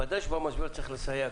בוודאי שבמשבר צריך לסייע,